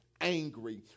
angry